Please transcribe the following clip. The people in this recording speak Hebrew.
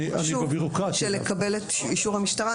של לקבל את אישור המשטרה.